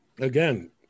again